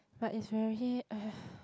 but it's very